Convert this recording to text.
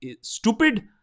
stupid